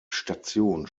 station